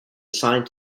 assigned